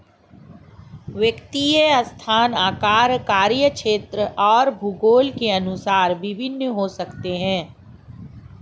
वित्तीय संस्थान आकार, कार्यक्षेत्र और भूगोल के अनुसार भिन्न हो सकते हैं